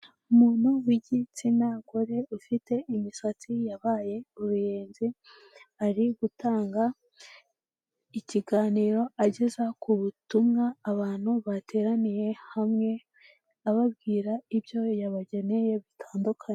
Umuntu w'igitsina gore ufite imisatsi yabaye uruyenzi, ari gutanga ikiganiro ageza ku butumwa abantu bateraniye hamwe, ababwira ibyo yabageneye bitandukanye.